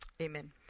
Amen